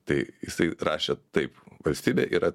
tai jisai rašė taip valstybė yra